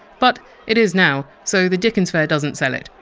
but it is now. so the dickens fair doesn't sell it.